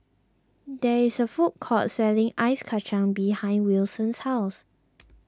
there is a food court selling Ice Kacang behind Wilson's house